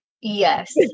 yes